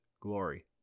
Glory